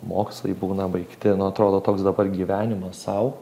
mokslai būna baigti na atrodo toks dabar gyvenimas sau